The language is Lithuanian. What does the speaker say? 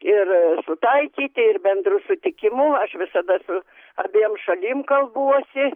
ir sutaikyti ir bendru sutikimu aš visada su abiem šalim kalbuosi